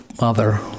mother